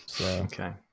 Okay